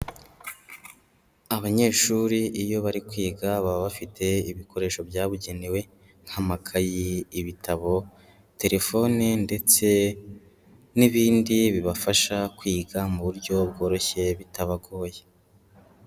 Abanyeshuri iyo bari kwiga baba bafite ibikoresho byabugenewe nk'amakayi, ibitabo, telefone ndetse n'ibindi bibafasha kwiga mu buryo bworoshye bitabagoye.